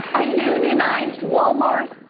a unionized walmart,